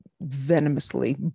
venomously